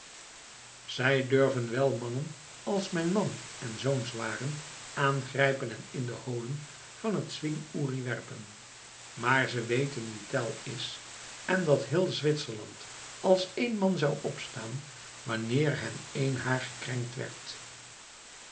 zij durven wel mannen als mijn man en zoons waren aangrijpen en in de holen van den zwing uri werpen maar ze weten wie tell is en dat heel zwitserland als één man zou opstaan wanneer hem één haar gekrenkt